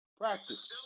practice